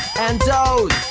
and toes